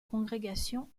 congrégation